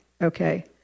okay